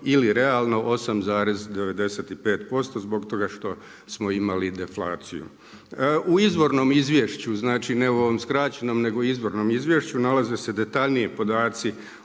ili realno 8,95% zbog toga što smo imali deflaciju. U izvornom izvješću, znači ne u ovom skraćenom, nego izvornom izvješću nalaze se detaljniji podaci